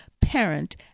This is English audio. parent